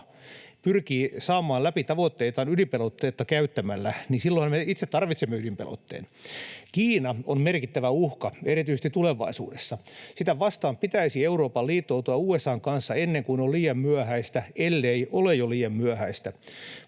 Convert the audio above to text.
pyrkii saamaan läpi tavoitteitaan ydinpelotetta käyttämällä, silloinhan me itse tarvitsemme ydinpelotteen. Kiina on merkittävä uhka erityisesti tulevaisuudessa. Sitä vastaan pitäisi Euroopan liittoutua USA:n kanssa ennen kuin on liian myöhäistä, ellei ole jo liian myöhäistä.